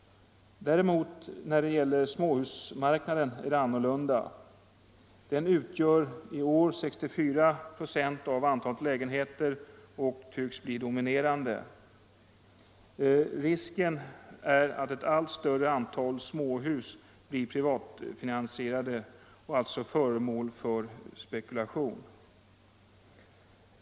Däremot är det annorlunda när det gäller småhusmarknaden. Den utgör i år 64 procent av antalet lägenheter och tycks bli dominerande. Risken är att ett allt större antal småhus blir privatfinansierade och alltså föremål för spekulation.